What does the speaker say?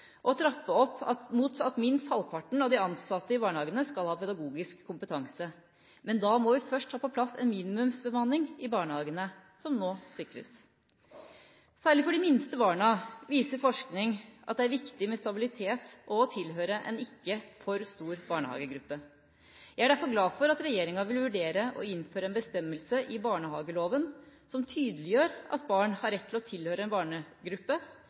trappe opp mot at minst halvparten av de ansatte i barnehagene skal ha pedagogisk kompetanse. Men da må vi først ha på plass en minimumsbemanning i barnehagene, som nå sikres. Særlig for de minste barna viser forskning at det er viktig med stabilitet og å tilhøre en ikke for stor barnehagegruppe. Jeg er derfor glad for at regjeringa vil vurdere å innføre en bestemmelse i barnehageloven som tydeliggjør at barn har rett til å tilhøre en barnegruppe,